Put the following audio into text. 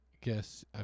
guess